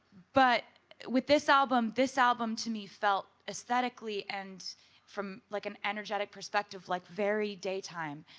but with this album. this album to me felt aesthetically and from like an energetic perspective like very daytime,